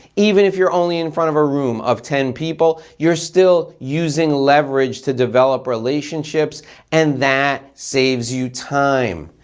even if you're only in front of a room of ten people, you're still using leverage to develop relationships and that saves you time.